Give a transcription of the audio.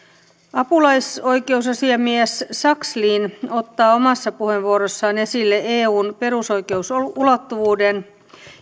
apulaisoikeusasiamies sakslin ottaa omassa puheenvuorossaan esille eun perusoikeusulottuvuuden